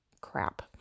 crap